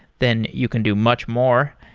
then you can do much more.